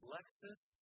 Lexus